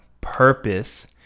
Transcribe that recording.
purpose